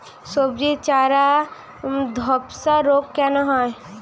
সবজির চারা ধ্বসা রোগ কেন হয়?